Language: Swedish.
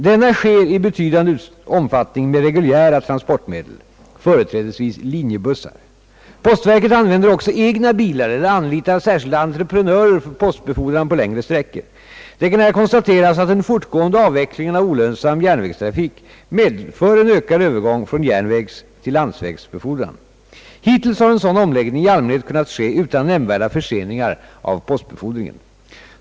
Denna sker i betydande omfattning med reguljära transportmedel, företrädesvis linjebussar. Postverket använder också egna bilar eller anlitar särskilda entreprenörer för postbeford ran på längre sträckor. Det kan här konstateras, att den fortgående avvecklingen av olönsam järnvägstrafik medför en ökad övergång från järnvägstill landsvägsbefordran. Hittills har en sådan omläggning i allmänhet kunnat ske utan nämnvärda förseningar i postbefordringen.